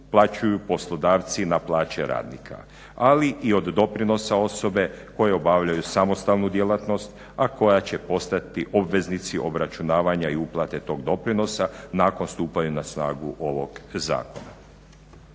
uplaćuju poslodavci na plaće radnika. Ali i od doprinosa osobe koje obavljaju samostalnu djelatnost a koja će postati obveznici obračunavanja i uplate tog doprinosa nakon stupanja na snagu ovoga zakona.